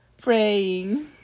praying